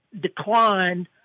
declined